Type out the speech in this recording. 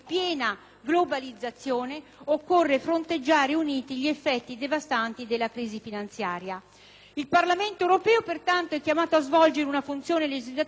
Il Parlamento europeo, pertanto, è chiamato a svolgere una funzione legislativa ed un ruolo di crescente importanza in una logica innovativa della rappresentanza popolare.